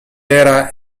era